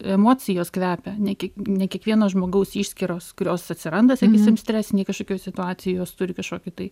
emocijos kvepia ne kiek ne kiekvieno žmogaus išskyros kurios atsiranda sakysim stresinėj kažkokioj situacijoj jos turi kažkokį tai